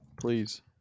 Please